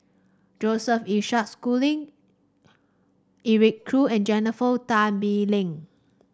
Joseph Isaac Schooling Eric Khoo and Jennifer Tan Bee Leng